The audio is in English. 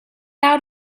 out